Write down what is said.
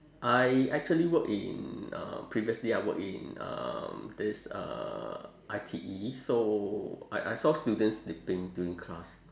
I actually worked in uh previously I worked in um this uh I_T_E so I I saw students sleeping during class